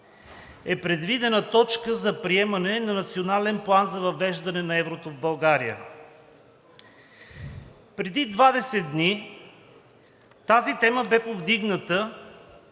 е предвидена точка за приемане на Национален план за въвеждане на еврото в България. Преди 20 дни тази тема бе повдигната